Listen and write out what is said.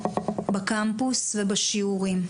בקמפוס ובשיעורים.